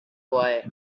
boy